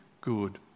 good